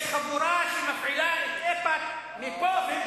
יש חבורה שמפעילה את איפא"ק מפה?